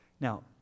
Now